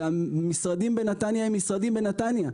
והמשרדים בנתניה הם משרדים בנתניה,